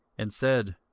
and said,